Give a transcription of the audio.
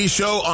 show